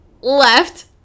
left